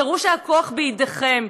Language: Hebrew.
תראו שהכוח בידיכם.